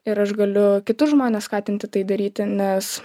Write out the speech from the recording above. ir aš galiu kitus žmones skatinti tai daryti nes